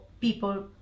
people